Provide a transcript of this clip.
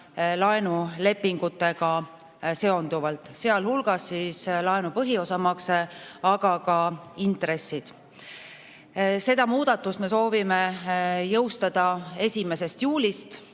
laenulepingutega seonduvalt, sealhulgas laenu põhiosa makse, aga ka intressid. Selle muudatuse me soovime jõustada 1. juulist.